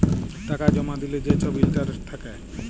টাকা জমা দিলে যে ছব ইলটারেস্ট থ্যাকে